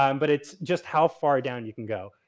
um but it's just how far down you can go.